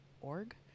org